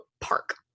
park